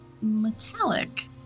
metallic